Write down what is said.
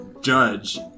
judge